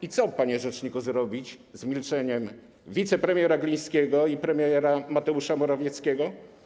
I co, panie rzeczniku, zrobić z milczeniem wicepremiera Glińskiego i premiera Mateusza Morawieckiego?